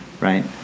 right